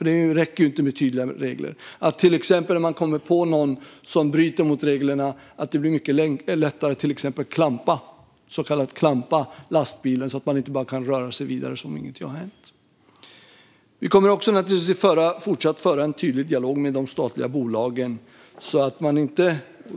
Det räcker inte att bara ha tydliga regler, utan om man till exempel kommer på någon som bryter mot reglerna ska det vara lättare att till exempel klampa lastbilen så att det inte går att köra vidare som om ingenting har hänt. Svar på interpellationer Vi kommer också att även i fortsättningen att föra en tydlig dialog med de statliga bolagen.